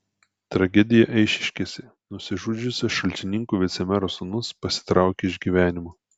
tragedija eišiškėse nusižudžiusio šalčininkų vicemero sūnus pasitraukė iš gyvenimo